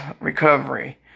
recovery